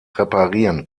reparieren